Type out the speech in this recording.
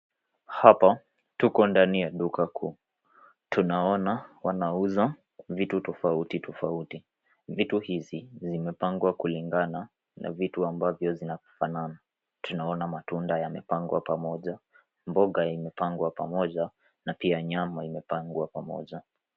Hapa tuko ndani ya duka kuu, tunaona wanauza vitu tofauti tofauti. Vitu hizi zimepangwa kulingana na vitu ambavyo zinafanana. Tunaona matunda yamepangwa pamoja, mboga imepangwa pamoja na pia nyama imepangwa pamoja.